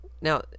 Now